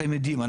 אתם יודעים.